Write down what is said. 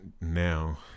now